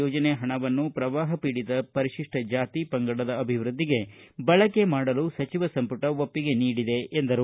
ಯೋಜನೆ ಹಣವನ್ನು ಶ್ರವಾಹ ಪೀಡಿತ ಪರಿಶಿಷ್ಟ ಜಾತಿ ಪಂಗಡದ ಅಭಿವೃದ್ದಿಗೆ ಬಳಕೆ ಮಾಡಲು ಸಚಿವ ಸಂಪುಟ ಒಪ್ಪಿಗೆ ನೀಡಿದೆ ಎಂದರು